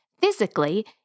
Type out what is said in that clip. physically